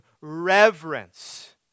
reverence